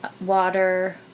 water